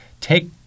take